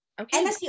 Okay